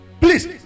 please